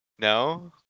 No